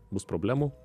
bus problemų